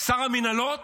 שר המינהלות